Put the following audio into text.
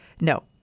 No